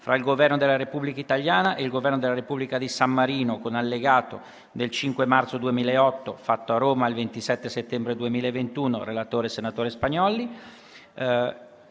fra il Governo della Repubblica italiana e il Governo della Repubblica di San Marino, con Allegato, del 5 marzo 2008, fatto a Roma il 27 settembre 2021*** *(Approvato dalla